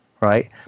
right